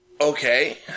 Okay